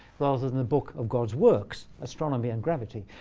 rather than the book of god's works, astronomy and gravity.